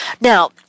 Now